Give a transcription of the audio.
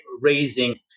raising